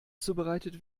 zubereitet